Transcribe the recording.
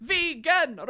Vegan